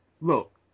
look